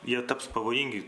jie taps pavojingi